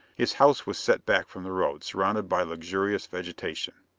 his house was set back from the road, surrounded by luxurious vegetation.